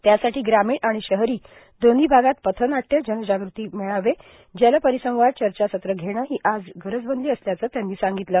त्यासाठी ग्रामीण आणि शहरी दोन्ही आगात पथनाट्ये जनजागृती मेळावे जल परिसंवाद चर्चासत्र घेणे ही आज गरज बनली असल्याचे त्यांनी सांगितल